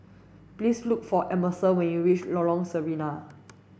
please look for Emerson when you reach Lorong Sarina